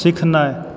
सिखनाय